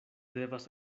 devas